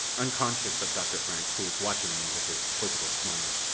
unconscious of dr. frank, who was watching me with his quizzical smile.